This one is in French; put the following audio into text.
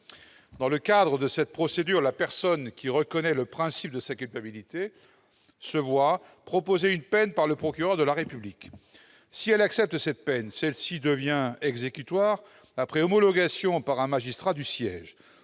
Dans le cadre de cette procédure, la personne qui reconnaît le principe de sa culpabilité se voit proposer une peine par le procureur de la République. Si elle accepte cette peine, celle-ci devient exécutoire après homologation par un magistrat du siège.